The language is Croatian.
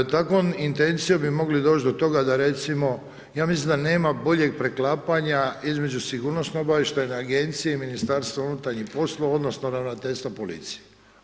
Takvom intencijom bi mogli doći do toga da recimo, ja mislim da nema boljeg preklapanja između Sigurnosno obavještajne agencije i Ministarstva unutarnjih poslova odnosno Ravnateljstva policije.